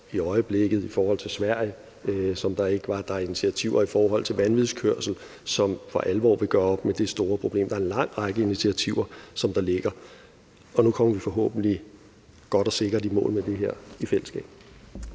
i øjeblikket mod Sverige, hvilket der ikke var før. Der er initiativer i forhold til vanvidskørsel, som for alvor vil gøre op med det store problem. Der er en lang række initiativer, der ligger. Og nu kommer vi forhåbentlig godt og sikkert i mål med det her i fællesskab.